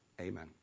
Amen